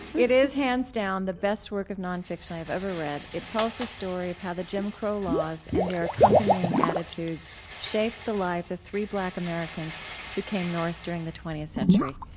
it is, hands down, the best work of nonfiction i have ever read. it tells the story of how the jim crow laws and their accompanying attitudes shaped the lives of three black americans who came north during the twentieth century.